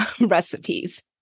recipes